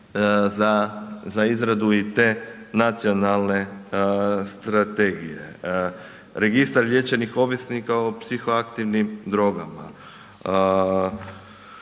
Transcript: za izradu i te nacionalne strategije. Registar liječenih ovisnika o psihoaktivnim drogama,